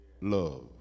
love